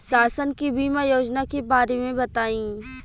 शासन के बीमा योजना के बारे में बताईं?